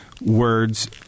words